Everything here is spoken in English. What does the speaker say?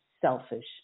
selfish